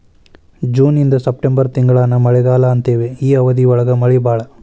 June ಇಂದ September ತಿಂಗಳಾನ ಮಳಿಗಾಲಾ ಅಂತೆವಿ ಈ ಅವಧಿ ಒಳಗ ಮಳಿ ಬಾಳ